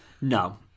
No